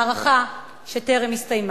מערכה שטרם הסתיימה.